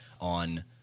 on